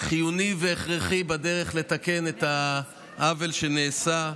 חיוני והכרחי בדרך לתקן את העוול שנעשה.